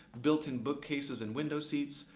built-in bookcases and window seats.